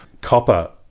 copper